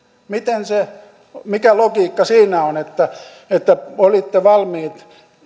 mikä logiikka siinä on että että olitte valmiit